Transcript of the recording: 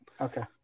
Okay